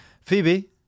phoebe